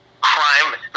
crime